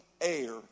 air